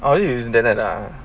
are you using tenent